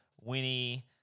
Winnie